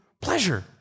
pleasure